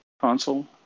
console